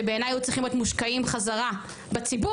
שבעיניי היו צריכים להיות מושקעים חזרה בציבור,